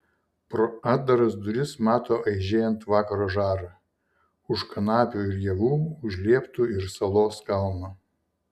pro atdaras duris mato aižėjant vakaro žarą už kanapių ir javų už lieptų ir salos kalno